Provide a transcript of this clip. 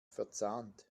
verzahnt